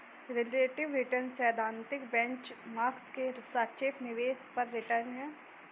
relative return एक सैद्धांतिक benchmark के सापेक्ष निवेश पर रिटर्न है